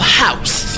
house